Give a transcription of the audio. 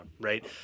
right